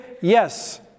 Yes